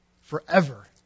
Forever